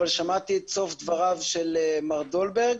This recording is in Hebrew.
אבל שמעתי את סוף דבריו של מר דולברג,